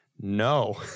no